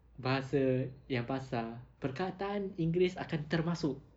bahasa yang pasar perkataan inggeris akan termasuk